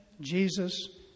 Jesus